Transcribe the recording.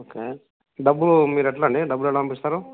okay డబ్బులు మీరు ఎట్లండి డబ్బులు ఎలా పంపిస్తారు